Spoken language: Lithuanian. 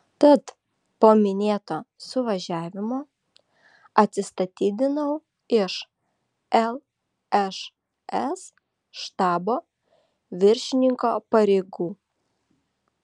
tad po minėto suvažiavimo atsistatydinau iš lšs štabo viršininko pareigų